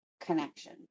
connection